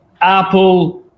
Apple